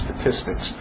statistics